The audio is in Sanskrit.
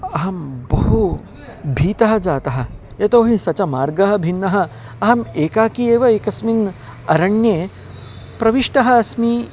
अहं बहु भीतः जातः यतोहि सः च मार्गः भिन्नः अहम् एकाकी एव एकस्मिन् अरण्ये प्रविष्टः अस्मि